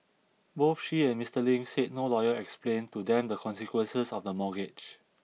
both she and Mister Ling said no lawyer explained to them the consequences of the mortgage